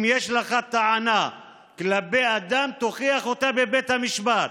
אם יש לך טענה כלפי אדם, תוכיח אותה בבית המשפט.